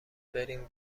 بریم